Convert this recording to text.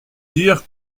dire